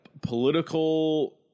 political